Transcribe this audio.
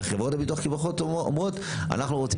וחברות הביטוח כביכול אומרות אנחנו רוצות